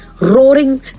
Roaring